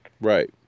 Right